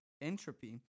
entropy